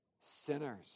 sinners